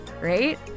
right